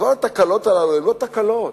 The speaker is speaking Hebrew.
כל התקלות הללו הן לא תקלות.